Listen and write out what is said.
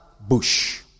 Bush